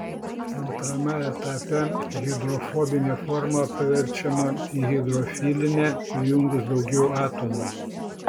antrame etape hidrofobinė forma paverčiama į hidrofilinę prijungus daugiau atomų